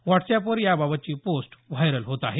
व्हॉट्सअॅपवर या बाबतची post viral होत आहे